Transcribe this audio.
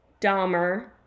Dahmer